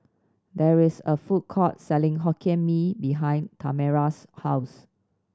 there is a food court selling Hokkien Mee behind Tamera's house